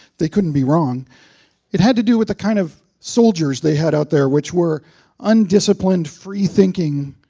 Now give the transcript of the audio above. they couldn't be wrong it had to do with the kind of soldiers they had out there, which were undisciplined, freethinking